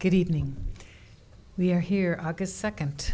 good evening we are here august second